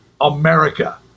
America